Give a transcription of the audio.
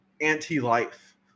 anti-life